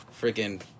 freaking